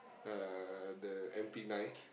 uh the M_P nine